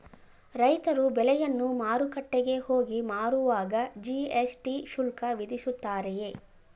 ರೈತರು ಬೆಳೆಯನ್ನು ಮಾರುಕಟ್ಟೆಗೆ ಹೋಗಿ ಮಾರುವಾಗ ಜಿ.ಎಸ್.ಟಿ ಶುಲ್ಕ ವಿಧಿಸುತ್ತಾರೆಯೇ?